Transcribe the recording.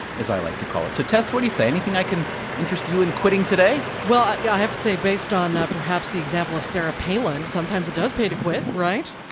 as i like to call it. so tess, what do you say, anything i can interest you in quitting today? well yeah i have to say, based on ah perhaps the example of sarah palin, sometimes it does pay to quit, right?